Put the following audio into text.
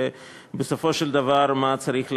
ובסופו של דבר מה צריך לעשות.